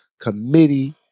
committee